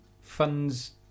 funds